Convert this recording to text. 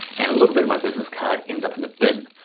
and a little bit of my business card ends up in the bin.